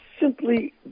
simply